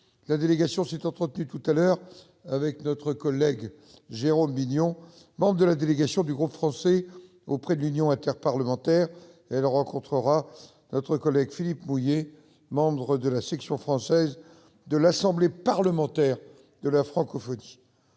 la délégation s'est entretenue tout à l'heure avec notre collègue Jérôme Bignon, membre de la délégation du groupe français auprès de l'Union interparlementaire. Elle rencontrera tout à l'heure M. Philippe Mouiller, membre de la section française de l'Assemblée parlementaire de la francophonie.